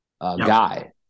guy